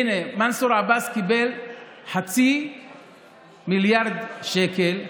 הינה, מנסור עבאס קיבל חצי מיליארד שקל לבזבוזים,